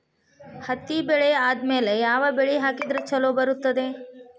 ಹತ್ತಿ ಬೆಳೆ ಆದ್ಮೇಲ ಯಾವ ಬೆಳಿ ಹಾಕಿದ್ರ ಛಲೋ ಬರುತ್ತದೆ?